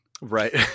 Right